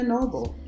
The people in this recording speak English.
Noble